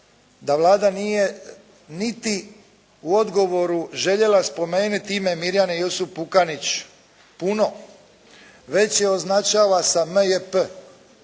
da Vlada nije niti u odgovoru željela spomenuti ime Mirjane Jusup Pukanić puno već je označava sa M.J.P.